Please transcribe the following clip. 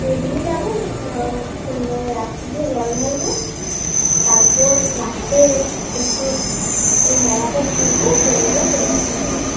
ওই দিনই যাবো সন্ধ্যা রাত্রির দিকে জল ঢালবো তারপর রাতে একটু ওই মেলাটা ঘুরবো ভোরবেলায় চলে আসবো ভাবছি